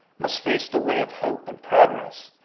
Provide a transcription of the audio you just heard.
must face the way of hope and progress,